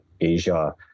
Asia